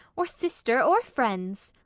or sister, or friends.